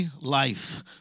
life